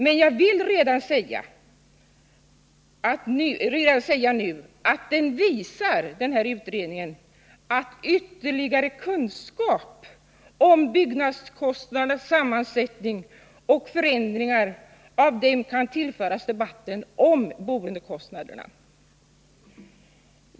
Men jag vill redan nu säga att denna utredning visar att ytterligare kunskap om byggnadskostnadernas sammansättning och förändringarna av dem kan tillföras debatten om boendekostnaderna.